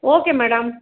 okay madam